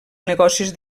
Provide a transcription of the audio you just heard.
negocis